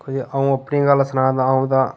कोई अ'ऊं अपनी गल्ल सनां तां अ'ऊं तां